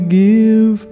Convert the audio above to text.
give